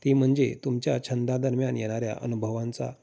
ती म्हणजे तुमच्या छंदा दरम्यान येणाऱ्या अनुभवांचा